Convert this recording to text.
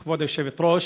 כבוד היושבת-ראש,